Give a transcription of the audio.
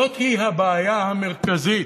זו הבעיה המרכזית: